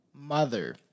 mother